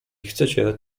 chcecie